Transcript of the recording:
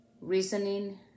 reasoning